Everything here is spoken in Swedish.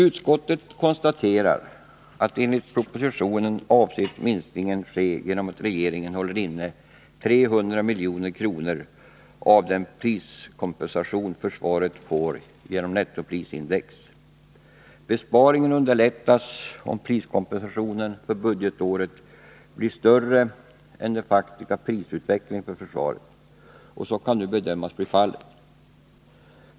Utskottet konstaterar att enligt propositionen avses minskningen ske genom att regeringen håller inne 300 milj.kr. av den priskompensation som försvaret får genom nettoprisindex. Besparingen underlättas om priskompensationen för budgetåret blir större än den faktiska prisutvecklingen för försvaret, och så kan nu bedömas bli fallet.